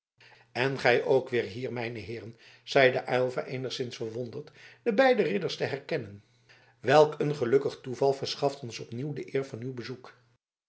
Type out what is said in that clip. en gij ook weer hier mijne heeren zeide aylva eenigszins verwonderd de beide ridders te herkennen welk een gelukkig toeval verschaft ons opnieuw de eer van uw bezoek